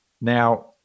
Now